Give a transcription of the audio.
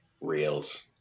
reels